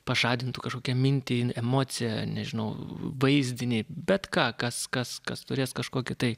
pažadintų kažkokią mintį emociją nežinau vaizdinį bet ką kas kas kas turės kažkokį tai